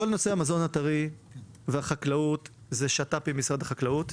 כל נושא המזון הטרי והחקלאות זה שת"פ עם משרד החקלאות.